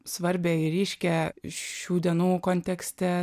svarbią ir ryškią šių dienų kontekste